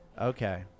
Okay